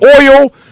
oil